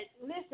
listen